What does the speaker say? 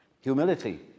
humility